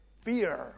fear